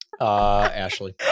Ashley